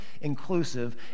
inclusive